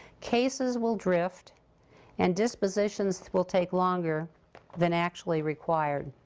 cases will drift and dispositions will take longer than actually required.